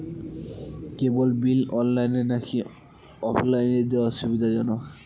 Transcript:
কেবল bill অনলাইনে নাকি অফলাইনে দেওয়া সুবিধাজনক?